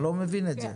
אני לא מבין את זה.